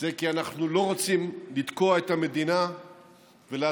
כי אנחנו לא רוצים לתקוע את המדינה ולעצור